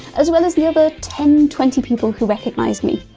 as well as the other ten-twenty people who recognised me.